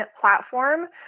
platform